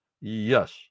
yes